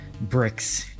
Brick's